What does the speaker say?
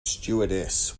stewardess